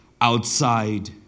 outside